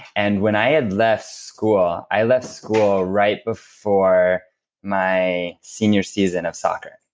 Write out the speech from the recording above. and when i had left school, i left school right before my senior season of soccer.